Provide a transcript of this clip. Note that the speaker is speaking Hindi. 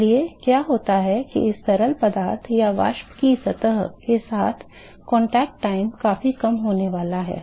इसलिए क्या होता है कि इस तरल या वाष्प की सतह के साथ संपर्क समय काफी कम होने वाला है